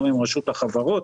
גם עם רשות החברות.